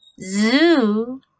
zoo